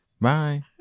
Bye